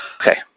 Okay